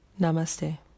Namaste